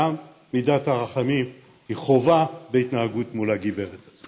גם מידת הרחמים היא חובה בהתנהגות מול הגברת הזאת.